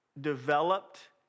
developed